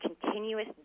continuous